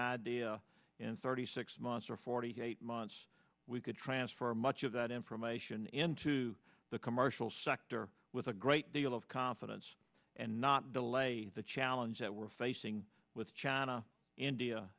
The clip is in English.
idea in thirty six months or forty eight months we could transform much of that information into the commercial sector with a great deal of confidence and not delay the challenge that we're facing with china india